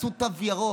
"תעשו תו ירוק".